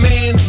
Man